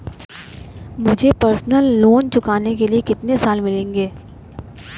मुझे personal loan चुकाने के लिए कितने साल मिलेंगे?